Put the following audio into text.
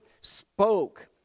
spoke